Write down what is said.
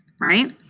right